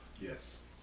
Yes